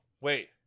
wait